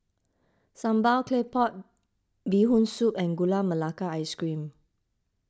Sambal Claypot Bee Hoon Soup and Gula Melaka Ice Cream